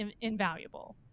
invaluable